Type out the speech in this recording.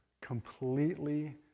completely